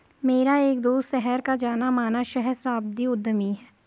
मेरा एक दोस्त शहर का जाना माना सहस्त्राब्दी उद्यमी है